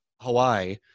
Hawaii